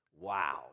Wow